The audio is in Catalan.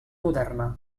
moderna